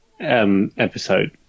Episode